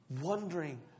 wondering